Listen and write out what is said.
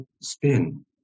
spin